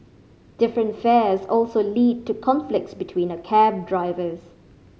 different fares also lead to conflicts between a cab drivers